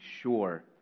sure